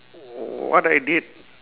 what I did